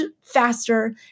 faster